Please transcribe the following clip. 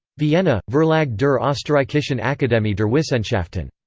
vienna verlag der osterreichischen akademie der wissenschaften.